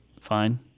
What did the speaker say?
Fine